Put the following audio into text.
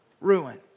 ruin